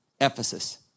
Ephesus